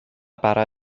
bara